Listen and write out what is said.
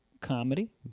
Comedy